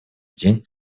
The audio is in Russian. день